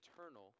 eternal